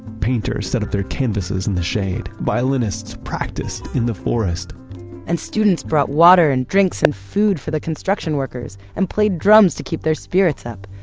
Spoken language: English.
painters set up their canvases in the shade, violinists practiced in the forest and students brought water and drinks and food for the construction workers and played drums to keep their spirits up.